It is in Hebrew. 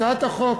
הצעת החוק